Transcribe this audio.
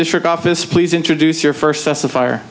district office please introduce your first that's the fire